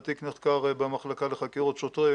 התיק נחקר במחלקה לחקירות שוטרים.